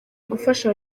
gufasha